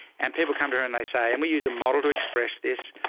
and people come to her and they say, and we use a model to express this.